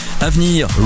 Avenir